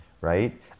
right